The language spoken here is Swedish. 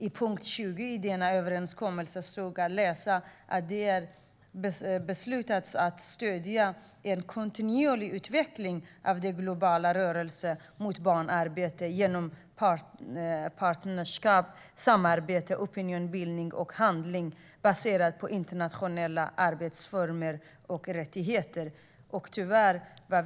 I punkt 20 i denna överenskommelse står att läsa att det beslutades att stödja en kontinuerlig utveckling av den globala rörelsen mot barnarbete genom partnerskap, samarbete, opinionsbildning och handling baserat på internationella arbetsformer och rättigheter.